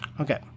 Okay